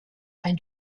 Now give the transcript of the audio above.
ein